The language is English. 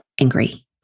angry